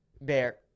Bear